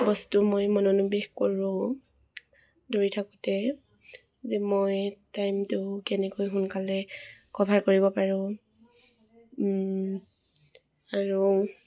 বস্তু মই মনোনিৱেশ কৰোঁ দৌৰি থাকোঁতে যে মই টাইমটো কেনেকৈ সোনকালে কভাৰ কৰিব পাৰোঁ আৰু